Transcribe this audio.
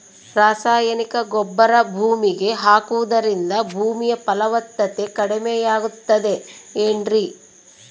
ರಾಸಾಯನಿಕ ಗೊಬ್ಬರ ಭೂಮಿಗೆ ಹಾಕುವುದರಿಂದ ಭೂಮಿಯ ಫಲವತ್ತತೆ ಕಡಿಮೆಯಾಗುತ್ತದೆ ಏನ್ರಿ?